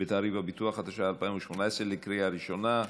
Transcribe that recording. בתעריף הביטוח), התשע"ח 2018, לקריאה ראשונה.